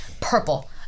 purple